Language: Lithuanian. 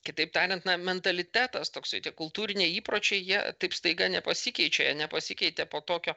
kitaip tariant na mentalitetas toksai tie kultūriniai įpročiai jie taip staiga nepasikeičia nepasikeitė po tokio